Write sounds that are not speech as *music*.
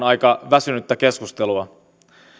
*unintelligible* aika väsynyttä keskustelua